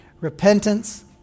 repentance